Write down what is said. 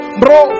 bro